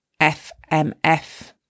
FMF